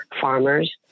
farmers